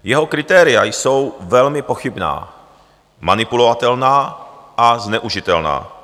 Jeho kritéria jsou velmi pochybná, manipulovatelná a zneužitelná.